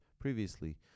previously